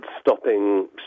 stopping